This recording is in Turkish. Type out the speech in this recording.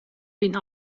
bin